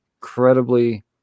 incredibly